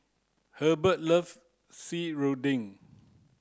Hubbard loves serunding